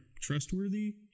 trustworthy